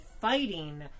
fighting